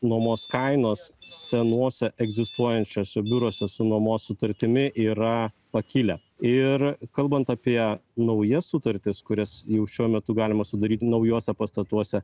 nuomos kainos senuose egzistuojančiuose biuruose su nuomos sutartimi yra pakilę ir kalbant apie naujas sutartis kurias jau šiuo metu galima sudaryt naujuose pastatuose